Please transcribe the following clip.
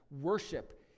Worship